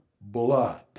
blood